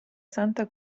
santa